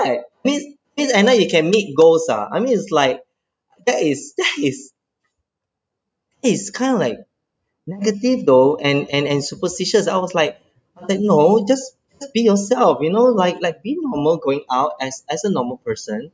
means means at night you can meet ghost ah I mean is like that is that is that is kind of like negative though and and and superstitious I was like that you know just be yourself you know like like be normal going out as as a normal person